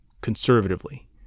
conservatively